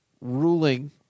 ruling